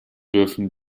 dürfen